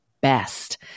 best